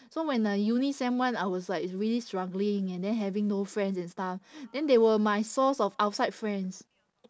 so when uh uni sem one I was like really struggling and then having no friends and stuff then they were my source of outside friends